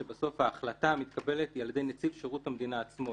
שבסוף ההחלטה שמתקבלת היא על ידי נציב שירות המדינה עצמו,